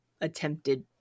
attempted